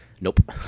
Nope